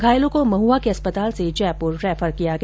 घायलों को महुआ के अस्पताल से जयप्र रैफर किया गया